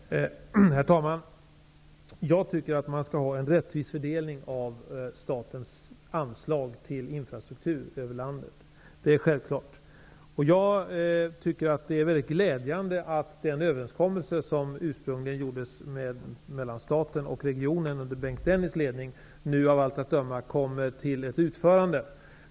Herr talman! Jag tycker att man skall ha en rättvis fördelning över landet av statens anslag till infrastruktur. Det är självklart. Det är enligt min mening mycket glädjande att den överenskommelse som ursprungligen gjordes mellan staten och regionen under Bengt Dennis ledning nu av allt att döma kommer till ett utförande.